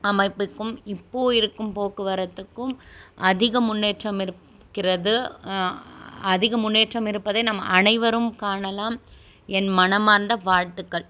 அமைப்புக்கும் இப்போ இருக்கும் போக்குவரத்துக்கும் அதிக முன்னேற்றம் இருக்கிறது அதிக முன்னேற்றம் இருப்பதை நம் அனைவரும் காணலாம் என் மனமார்ந்த வாழ்த்துக்கள்